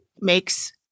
makes